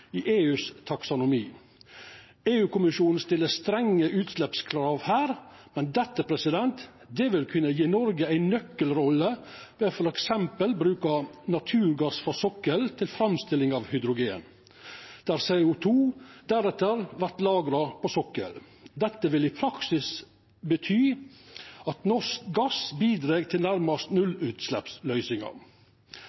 i taksonomien til EU. EU-kommisjonen stiller strenge utsleppskrav her, men dette vil kunna gje Noreg ei nøkkelrolle ved f.eks. å bruka naturgass frå sokkelen til framstilling av hydrogen, der CO 2 deretter vert lagra på sokkelen. Dette vil i praksis bety at norsk gass bidreg til nærmast